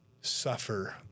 suffer